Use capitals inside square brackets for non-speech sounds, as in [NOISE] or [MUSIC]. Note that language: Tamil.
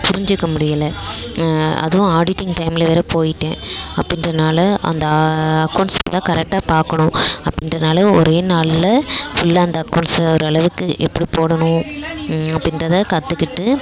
புரிஞ்சிக்க முடியலை அதுவும் ஆடிட்டிங் டைமில் வேறு போயிவிட்டேன் அப்படின்றனால அந்த அக்கௌண்ட்ஸ் [UNINTELLIGIBLE] கரெக்ட்டாக பார்க்கணும் அப்படின்றனால ஒரே நாளில் ஃபுல்லாக அந்த அக்கௌண்ட்ஸ் ஒரு அளவுக்கு எப்படிப் போடணும் அப்படின்றத கற்றுக்கிட்டு